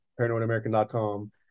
ParanoidAmerican.com